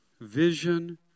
vision